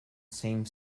same